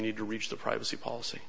need to reach the privacy policy